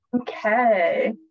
Okay